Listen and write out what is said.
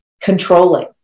controlling